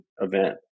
event